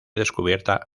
descubierta